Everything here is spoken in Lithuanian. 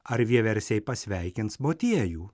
ar vieversiai pasveikins motiejų